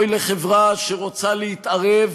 אוי לחברה שרוצה להתערב